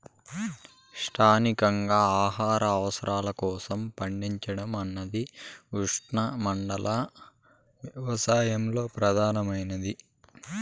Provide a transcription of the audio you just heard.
స్థానికంగా ఆహార అవసరాల కోసం పండించడం అన్నది ఉష్ణమండల వ్యవసాయంలో ప్రధానమైనది